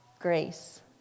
grace